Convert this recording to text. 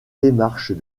démarches